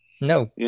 No